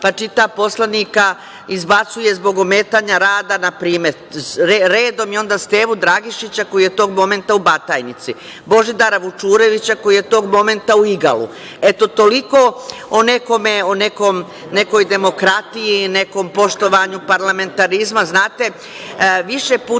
pa čita da poslanika izbacuje zbog ometanja rada, na primer, redom, i onda Stevu Dragišića koji je tog momenta u Batajnici, Božidara Vučurovića koji je tog momenta u Igalu. Eto, toliko o nekoj demokratiji, nekom poštovanju parlamentarizma. Znate, više puta